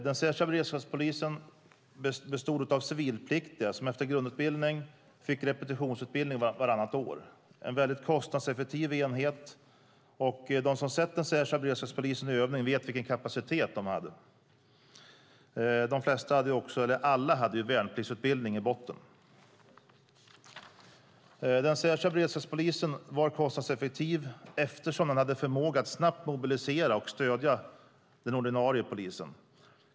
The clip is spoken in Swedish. Den särskilda beredskapspolisen bestod av civilpliktiga som efter grundutbildning fick repetitionsutbildning vartannat år. Det var en väldigt kostnadseffektiv enhet, och de som har sett den särskilda beredskapspolisen i övning vet vilken kapacitet den hade. Alla hade också värnpliktsutbildning i botten. Den särskilda beredskapspolisen var kostnadseffektiv eftersom den hade förmåga att snabbt mobilisera och stödja den ordinarie polisen.